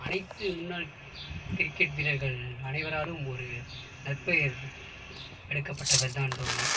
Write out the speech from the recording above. அனைத்து முன்னாள் கிரிக்கெட் வீரர்கள் அனைவராலும் ஒரு நற்ப்பெயர் எடுக்கப்பட்டவர்தான் தோனி